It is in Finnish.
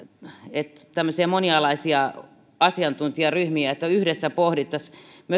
myös tämmöisiä monialaisia asiantuntijaryhmiä yhdessä pohdittaisiin